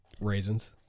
raisins